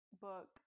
book